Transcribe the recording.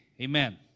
Amen